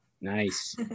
Nice